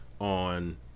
on